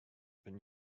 been